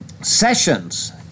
Sessions